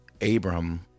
Abram